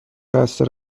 بسته